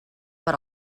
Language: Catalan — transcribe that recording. per